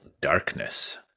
Darkness